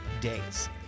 days